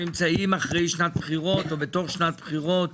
נמצאים אחרי שנת בחירות או בתוך שנת בחירות?